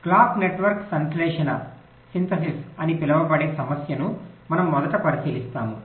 clock network సంశ్లేషణ అని పిలవబడే సమస్యను మనము మొదట పరిశీలిస్తాము